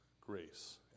grace